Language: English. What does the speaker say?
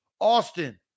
Austin